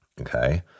Okay